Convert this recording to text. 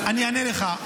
אני אענה לך.